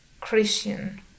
Christian